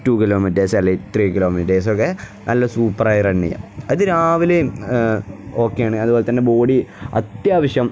to kilometres അല്ലേ three kilometres ഒക്കെ നല്ല സൂപ്പറായി റൺ ചെയ്യുക അത് രാവിലെ ഓക്കെയാണ് അതുപോലെ തന്നെ ബോഡി അത്യാവശ്യം